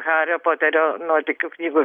hario poterio nuotykių knygų